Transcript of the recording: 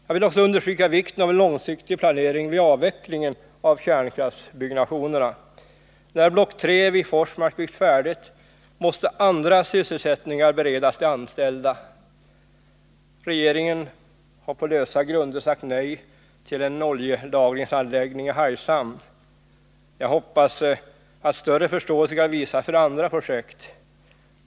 Jag vill också understryka vikten av en långsiktig planering vid avvecklingen av kärnkraftsbyggnationerna. När block 3 vid Forsmark byggts färdigt måste andra sysselsättningar beredas de anställda. Regeringen har på lösa grunder sagt nej till en oljelagringsanläggning i Hargshamn. Jag hoppas att större förståelse skall visas för andra projekt.